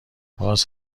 باز